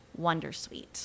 wondersuite